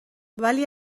ولی